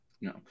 No